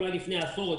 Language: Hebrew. אולי לפני עשור,